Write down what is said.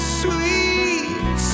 sweet